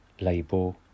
label